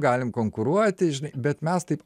galim konkuruoti žinai bet mes taip